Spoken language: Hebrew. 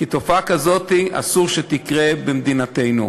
כי תופעה כזאת אסור שתקרה במדינתנו.